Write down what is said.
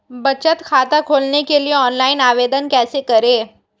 बचत खाता खोलने के लिए ऑनलाइन आवेदन कैसे करें?